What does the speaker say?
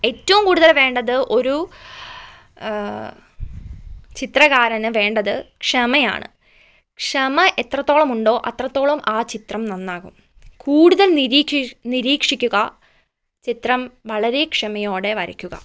ഏറ്റവും കൂടുതൽ വേണ്ടത് ഒരു ചിത്രകാരന് വേണ്ടത് ക്ഷമയാണ് ക്ഷമ എത്രത്തോളമുണ്ടോ അത്രത്തോളം ആ ചിത്രം നന്നാകും കൂടുതൽ നിരീക്ക നിരീക്ഷിക്കുക ചിത്രം വളരേ ക്ഷമയോടെ വരയ്ക്കുക